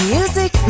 Music